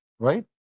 Right